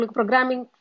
programming